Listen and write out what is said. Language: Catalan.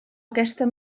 aquesta